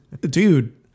dude